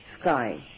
sky